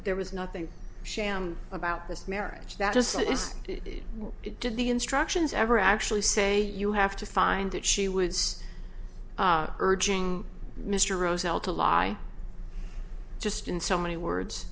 there was nothing sham about this marriage that just as it did the instructions ever actually say you have to find that she was urging mr roselle to lie just in so many words